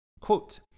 Quote